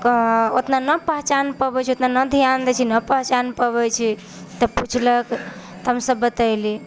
उतना नहि पहिचान पबै छै उतना नहि ध्यान दैछै नहि पहिचान पबै छै तऽ पुछलक तऽ हम सभ बतेली